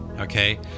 Okay